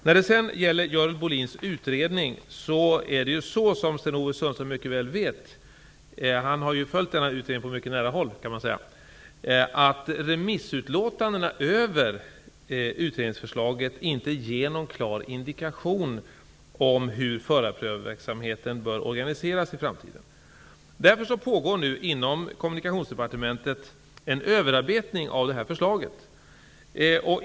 När det så gäller Görel Bohlins utredning är det, som Sten-Ove Sundström mycket väl vet eftersom han följt utredningen mycket nära, så att remissutlåtandena över utredningsförslaget inte ger någon klar indikation om hur förarprövarverksamheten bör organiseras i framtiden. Därför pågår nu inom Kommunikationsdepartementet en överarbetning av förslaget.